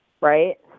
right